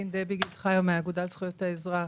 מן האגודה לזכויות האזרח.